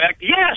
yes